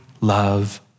love